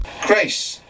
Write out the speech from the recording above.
Grace